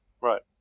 Right